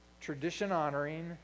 tradition-honoring